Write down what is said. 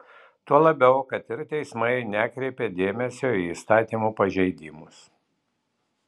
tuo labiau kad ir teismai nekreipia dėmesio į įstatymų pažeidimus